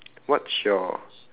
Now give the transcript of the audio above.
what's your